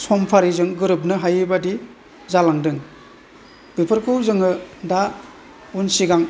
सम फारिजों गोरोबनो हायैबादि जालांदों बेफोरखौ जोङो दा उन सिगां